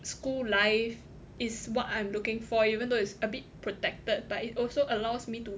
school life is what I'm looking for even though it's a bit protected but it also allows me to